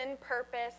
purpose